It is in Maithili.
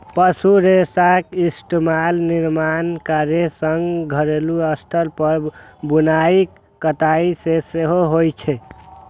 पशु रेशाक इस्तेमाल विनिर्माण कार्यक संग घरेलू स्तर पर बुनाइ कताइ मे सेहो होइ छै